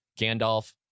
Gandalf